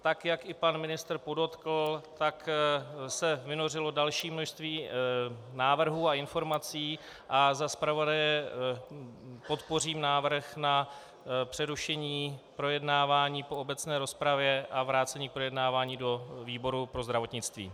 Tak jak i pan ministr podotkl, tak se vynořilo další množství návrhů a informací, a za zpravodaje podpořím návrh na přerušení projednávání po obecné rozpravě a vrácení k projednávání do výboru pro zdravotnictví.